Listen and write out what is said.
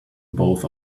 both